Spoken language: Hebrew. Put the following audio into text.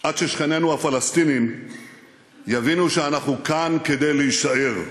עד ששכנינו הפלסטינים יבינו שאנחנו כאן כדי להישאר,